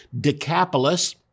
Decapolis